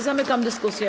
Zamykam dyskusję.